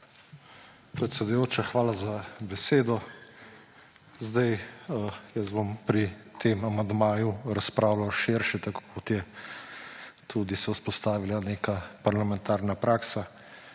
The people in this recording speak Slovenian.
Predsedujoča, hvala za besedo. Jaz bom pri tem amandmaju razpravljal širše, tako kot se je tudi vzpostavila neka parlamentarna praksa.